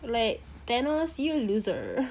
like thanos you loser